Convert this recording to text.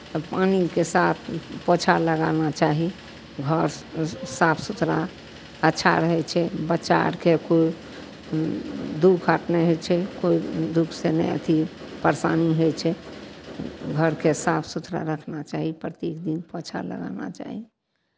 पानिके साथ पोछा लगाना चाही घर स् स् साफ सुथरा अच्छा रहै छै बच्चा अरकेँ कोइ दुःख आर नहि होइ छै कोइ दुःखसँ नहि अथी परेशानी होइ छै घरकेँ साफ सुथरा रखना चाही प्रत्येक दिन पोछा लगाना चाही